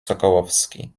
sokołowski